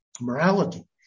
morality